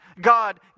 God